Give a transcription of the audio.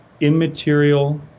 immaterial